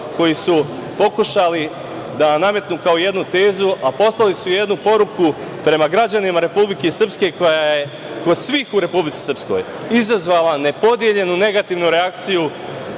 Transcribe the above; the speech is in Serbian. koji su pokušali da nametnu kao jednu tezu, a poslali su jednu poruku prema građanima Republike Srpske koja je kod svih u Republici Srpskoj izazvala nepodeljenu negativnu reakciju